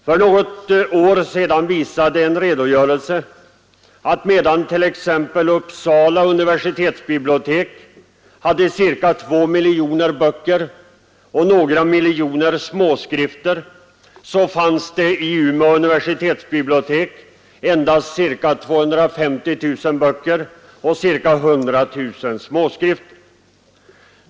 För något år sedan visade en redogörelse att medan t.ex. Uppsala universitetsbibliotek hade ca 2 miljoner böcker och några miljoner småskrifter fanns i Umeå endast ca 250 000 böcker och ca 100 000 småskrifter.